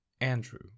Andrew